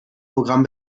programm